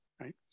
right